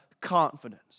confidence